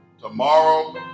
tomorrow